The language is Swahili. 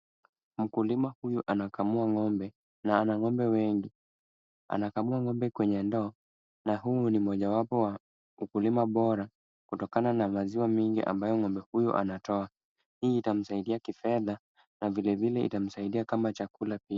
Mkulima huyu anakamua ng'ombe na ana ng'ombe wengi. Anakamua ng'ombe kwenye ndoo na humu ni mojawapo wa ukulima bora kutokana na maziwa mingi ambayo ng'ombe huyu anatoa. Hii itamsaidia kifedha na vilevile itamsaidia kama chakula pia.